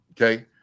okay